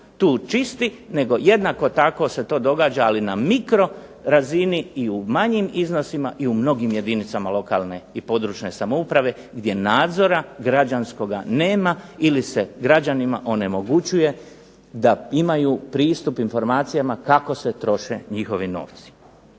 tu čisti, nego jednako tako se to događa na mikro razini i u manjim iznosima i u mnogim jedinicama lokalne i područne samouprave, gdje nadzora građanskoga nema ili se građanima onemogućuje da imaju pristup informacijama kako se troše njihovi novci.